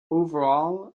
overall